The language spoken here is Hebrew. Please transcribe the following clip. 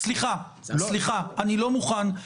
אני לא מוכן,